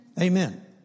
Amen